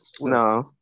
No